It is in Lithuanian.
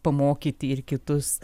pamokyti ir kitus